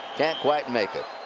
can't quite make it.